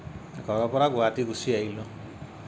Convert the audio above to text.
ঘৰৰ পৰা গুৱাহাটী গুচি আহিলোঁ